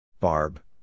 Barb